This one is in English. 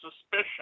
suspicion